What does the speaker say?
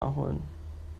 erholen